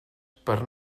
per